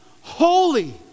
holy